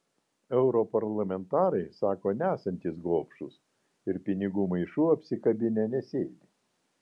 europarlamentarai sako nesantys gobšūs ir pinigų maišų apsikabinę nesėdi